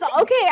okay